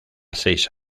seis